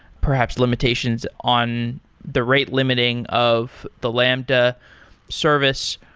perhaps limitations on the rate limiting of the lambda service.